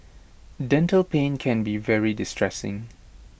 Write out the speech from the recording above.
dental pain can be very distressing